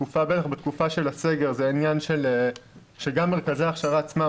בתקופה של הסגר זה עניין שגם מרכזי ההכשרה עצמם